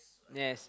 yes